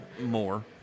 more